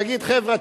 תגיד: חבר'ה,